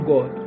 God